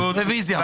רוויזיה.